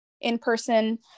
in-person